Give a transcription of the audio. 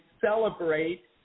celebrate